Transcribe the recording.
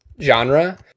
genre